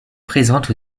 présente